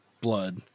blood